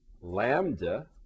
lambda